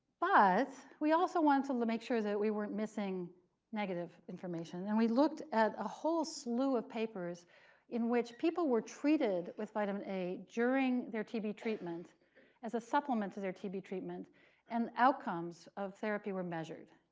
but we also wanted to make sure that we weren't missing negative information. and we looked at a whole slew of papers in which people were treated with vitamin a during their tb treatment as a supplement to their tb treatment and outcomes of therapy were measured.